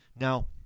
Now